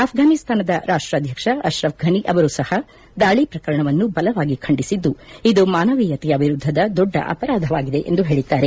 ಆಫ್ರಾನಿಸ್ತಾನದ ರಾಷ್ಲಾಧ್ಯಕ್ಷ ಆಶ್ರಫ್ ಗನಿ ಅವರು ಸಹ ದಾಳಿ ಪ್ರಕರಣವನ್ನು ಬಲವಾಗಿ ಖಂಡಿಸಿದ್ದು ಇದು ಮಾನವೀಯತೆಯ ವಿರುದ್ದದ ದೊಡ್ಡ ಅಪರಾಧವಾಗಿದೆ ಎಂದು ಹೇಳದ್ದಾರೆ